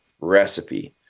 recipe